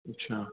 अच्छा